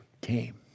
came